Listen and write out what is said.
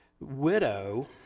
widow